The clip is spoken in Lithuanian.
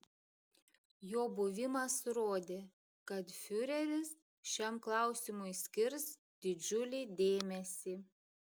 jo buvimas rodė kad fiureris šiam klausimui skirs didžiulį dėmesį